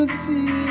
see